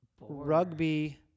rugby